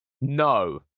No